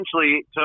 essentially